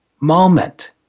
moment